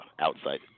outside